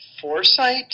foresight